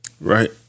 Right